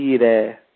Dire